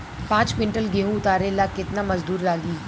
पांच किविंटल गेहूं उतारे ला केतना मजदूर लागी?